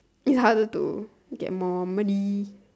it's harder to get more money